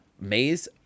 Maze